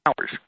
hours